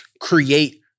create